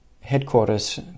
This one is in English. headquarters